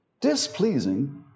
displeasing